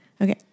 Okay